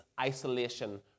isolation